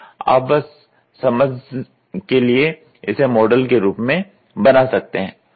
आप बस समझ के लिए इसे मॉडल के रूप में भी बना सकते हैं